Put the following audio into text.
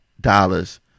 dollars